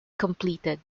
completed